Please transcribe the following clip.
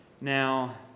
Now